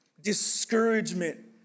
Discouragement